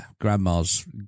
Grandma's